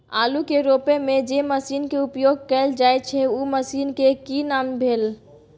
आलू के रोपय में जे मसीन के उपयोग कैल जाय छै उ मसीन के की नाम भेल?